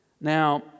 Now